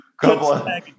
couple